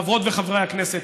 חברות וחברי הכנסת,